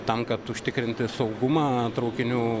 tam kad užtikrinti saugumą traukinių